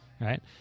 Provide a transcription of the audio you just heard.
right